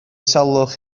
salwch